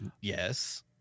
Yes